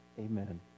Amen